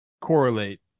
correlate